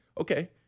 Okay